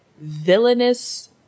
villainous